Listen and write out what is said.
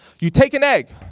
you take an egg,